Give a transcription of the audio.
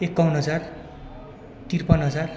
एकाउन्न हजार त्रिपन्न हजार